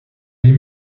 les